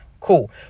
Cool